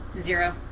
Zero